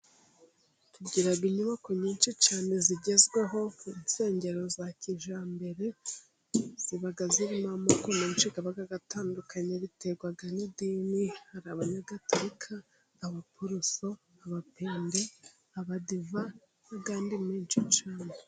Tugira inyubako nyinshi cyane zigezweho, nk'insengero za kijyambere ziba zirimo amoko menhi aba atandukanye biterwa n'idini, hari Abanyagaturika, Abaporoso, Abapende, Abadiva n'ayandi menshi cyane.